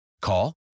Call